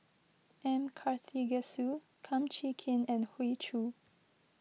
M Karthigesu Kum Chee Kin and Hoey Choo